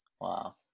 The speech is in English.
Wow